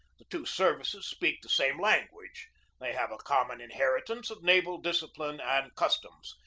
the two services speak the same language they have a common inheritance of naval discipline and customs.